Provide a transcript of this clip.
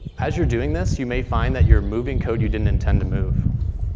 as you're doing this, you may find that you're moving code you didn't intend to move.